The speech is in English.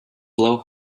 blow